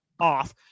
off